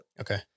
okay